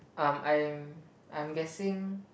um I am I'm guessing